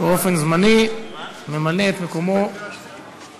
באופן זמני ממלא את מקומו, קריאה שנייה.